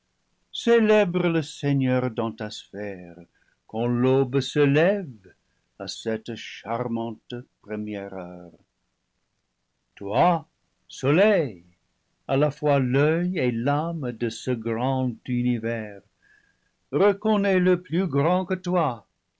célèbre le seigneur dans ta sphère quand l'aube se lève à cette char mante peemière heure toi soleil à la fois l'oeil et l'âme de ce grand univers re connais le plus grand que toi